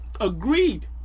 Agreed